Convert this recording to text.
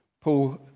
Paul